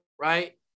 Right